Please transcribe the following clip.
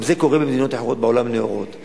גם זה קורה במדינות נאורות אחרות.